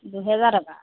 দুহেজাৰ টকা